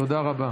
תודה רבה.